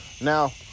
Now